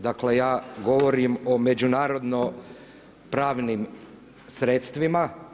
Dakle ja govorim o međunarodno pravnim sredstvima.